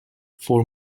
for